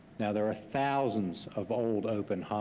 now there are thousands of old open um